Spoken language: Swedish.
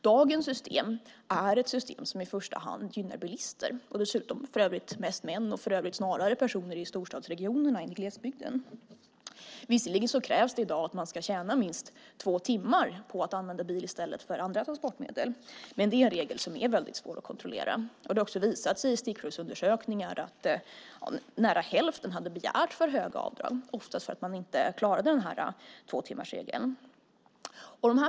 Dagens system gynnar i första hand bilister och för övrigt mest män och snarare personer i storstadsregionerna än i glesbygden. Visserligen krävs det i dag att man ska tjäna minst två timmar för att använda bil i stället för andra transportmedel. Men det är en regel som är väldigt svår att kontrollera. Det har också visat sig i stickprovsundersökningar att nära hälften hade begärt för höga avdrag, ofta för att man inte klarade tvåtimmarsregeln.